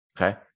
Okay